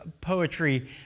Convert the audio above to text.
poetry